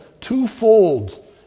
twofold